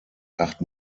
acht